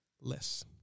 Less